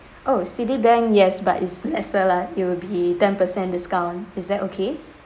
oh Citibank yes but it's lesser lah it will be ten percent discount is that okay